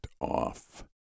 off